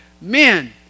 men